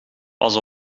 pas